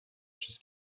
przez